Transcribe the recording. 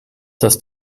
das